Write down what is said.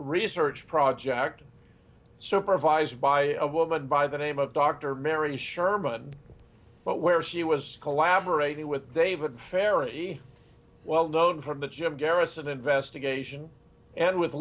research project supervised by a woman by the name of dr mary sherman but where she was collaborating with david ferrie well known from the jim garrison investigation and with